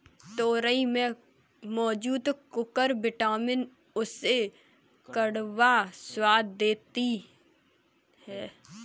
तोरई में मौजूद कुकुरबिटॉसिन उसे कड़वा स्वाद दे देती है